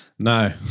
No